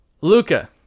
Luca